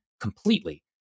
completely